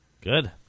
Good